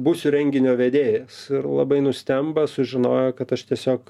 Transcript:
būsiu renginio vedėjas ir labai nustemba sužinoję kad aš tiesiog